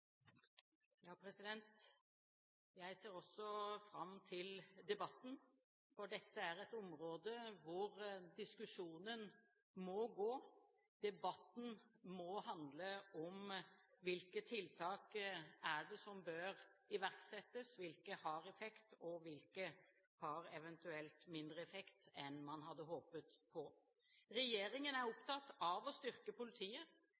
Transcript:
Jeg ser også fram til debatten, for dette er et område hvor diskusjonen må gå. Debatten må handle om hvilke tiltak det er som bør iverksettes, hvilke som har effekt, og hvilke som eventuelt har mindre effekt enn man hadde håpet på. Regjeringen er opptatt av å styrke politiet.